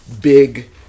big